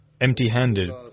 empty-handed